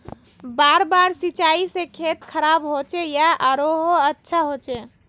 बार बार सिंचाई से खेत खराब होचे या आरोहो अच्छा होचए?